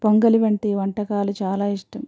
పొంగలి వంటి వంటకాలు చాలా ఇష్టం